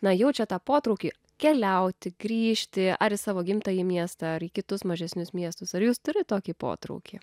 na jaučia tą potraukį keliauti grįžti ar į savo gimtąjį miestą ar į kitus mažesnius miestus ar jūs turit tokį potraukį